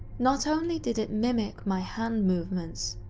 not only did it mimic my hand movements,